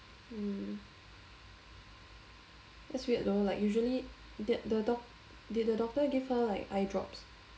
mm that's weird though like usually di~ the did the doc~ did the doctor give her like eyedrops